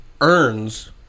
earns